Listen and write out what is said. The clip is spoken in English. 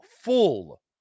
full